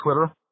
Twitter